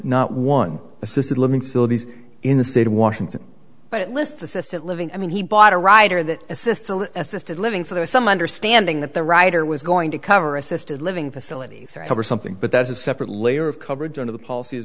not one assisted living facilities in the state of washington but it lists assisted living i mean he bought a rider that assists assisted living so there is some understanding that the rider was going to cover assisted living facilities or cover something but that's a separate layer of coverage under the policy as